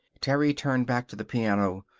terry turned back to the piano.